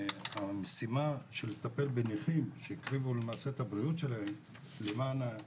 שהמשימה של לטפל בנכים שהקריבו למעשה את הבריאות שלהם למענינו,